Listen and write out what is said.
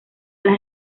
las